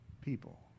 people